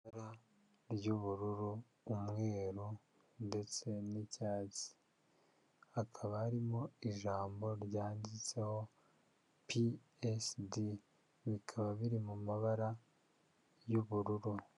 Ibara ry'ubururu, umweru ndetse n'icyatsi hakaba harimo ijambo ryanditseho pi esidi bikaba biri mu mabara y'ubururu.